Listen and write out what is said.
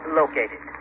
located